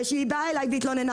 כשהיא באה אליי והתלוננה,